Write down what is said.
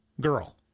girl